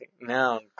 now